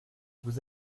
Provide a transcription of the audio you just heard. vous